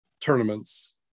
tournaments